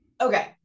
Okay